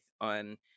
on